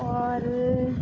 اور